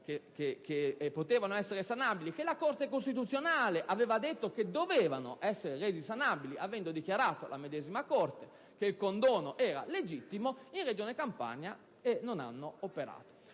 che potevano essere sanabili (che la Corte costituzionale aveva detto che dovevano essere sanabili, avendo dichiarato la medesima Corte che il condono era legittimo) non hanno operato